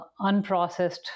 unprocessed